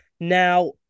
Now